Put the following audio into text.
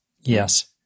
yes